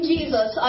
Jesus